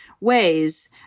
ways